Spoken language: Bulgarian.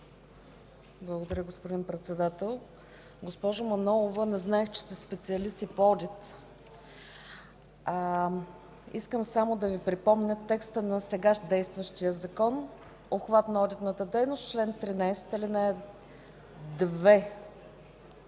Благодаря, господин Председател. Госпожо Манолова, не знаех, че сте специалист и по одити. Искам само да Ви припомня текста на сега действащия закон: Обхват на одитната дейност – чл. 13, ал. 2, т.